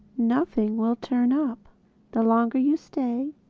nothing will turn up the longer you stay,